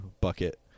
bucket